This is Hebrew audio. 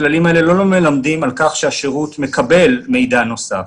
על כך שהשירות מקבל מידע נוסף.